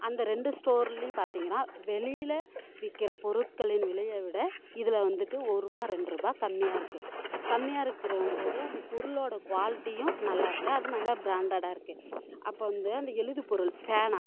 அந்த ரெண்டு ஸ்டோர்லையும் பார்த்தீங்கன்னா வெளியில் விற்கிற பொருட்களின் விலையை விட இதில் வந்துட்டு ஒருரூபா ரெண்டு ரூபாய் கம்மியாக இருக்குது கம்மியாக இருக்கற போது அந்த பொருளோடய குவாலிட்டியும் நல்லா இருக்குது அது நல்லா ப்ராண்டட்டாக இருக்குது அப்போது வந்து அந்த எழுது பொருள் பேனா